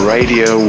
Radio